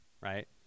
right